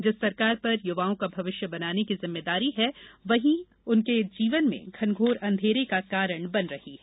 जिस सरकार पर युवाओं का भविष्य बनाने की जिम्मेदारी है वहीं उनके जीवन में घनघोर अंघेरे का कारण बन रही है